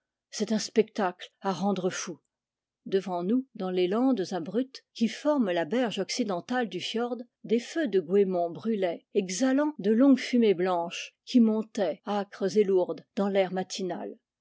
c'est un spectacle à rendre fou devant nous dans les landes abruptes qui forment la berge occidentale du fiord des feux de goémon brûlaient exhalant de longues fumées blanches qui montaient acres et lourdes dans l'air matinal